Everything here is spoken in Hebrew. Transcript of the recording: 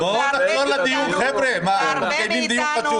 שהרבה מאיתנו